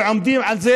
ועומדים על זה,